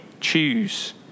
choose